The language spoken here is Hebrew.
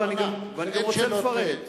אני גם רוצה לפרט.